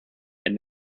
and